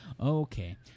Okay